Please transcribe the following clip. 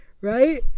right